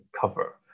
cover